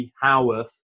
Howarth